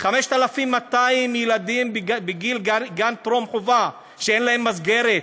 5,200 ילדים בגיל גן טרום-חובה שאין להם מסגרת,